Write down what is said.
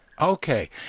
Okay